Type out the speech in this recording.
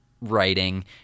writing